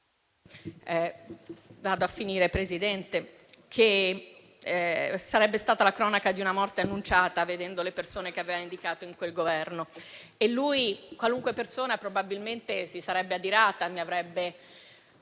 vado a finire, Presidente - ...che sarebbe stata la cronaca di una morte annunciata, vedendo le persone che aveva indicato in quel Governo. Qualunque persona probabilmente si sarebbe adirata e mi avrebbe